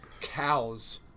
cows